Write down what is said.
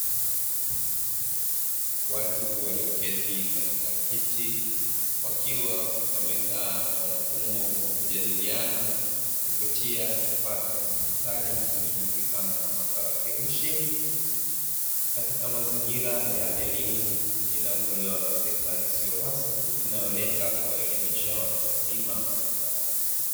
Watu walioketi katika kiti wakiwa wamekaa kwa mfumo wa kujadiliana kupitia kifaa cha kidigitali kinachojulikana kama tarakilishi, katika mazingira ya elimu inayotolewa na sekta isiyo rasmi inayolenga kuwaelimisha watu wazima mbalimbali.